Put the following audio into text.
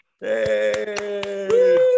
hey